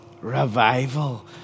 revival